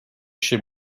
chez